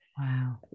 wow